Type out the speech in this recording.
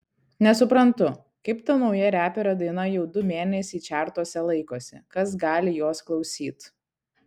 nesuprantu kaip ta nauja reperio daina jau du mėnesiai čertuose laikosi kas gali jos klausyt